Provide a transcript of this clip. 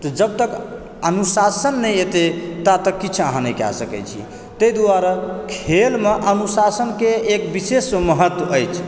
तऽ जबतक अनुशासन नहि एतै तातक किछु अहाँ नहि कए सकैत छी तहि दुआरे खेलमे अनुशासनके एक विशेष महत्व अछि